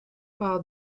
par